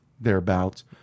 thereabouts